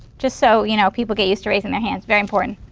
just so you know, people get used to raising their hands, very important.